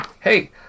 Hey